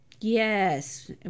Yes